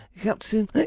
Captain